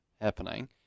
happening